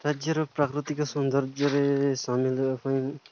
ରାଜ୍ୟର ପ୍ରାକୃତିକ ସୌନ୍ଦର୍ଯ୍ୟରେ ସାମିଲ ହେବା ପାଇଁ